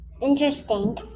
Interesting